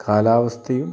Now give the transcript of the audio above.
കാലാവസ്ഥയും